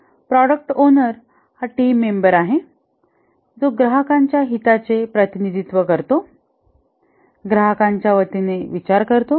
product owner हा team member आहे जो ग्राहकांच्या हिताचे प्रतिनिधित्व करतो ग्राहकांच्या वतीने विचार करतो